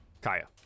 Kaya